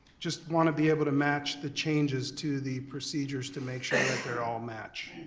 just wanna be able to match the changes to the procedures to make sure that they're all match.